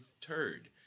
turd